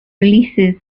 releases